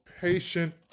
patient